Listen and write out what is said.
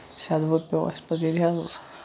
سیدٕ بوٚد پیوٚو اَسہِ ییٚتہِ حظ